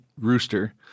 rooster